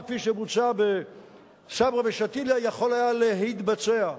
כפי שבוצע בסברה ושתילה יכול היה להתבצע.